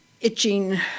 itching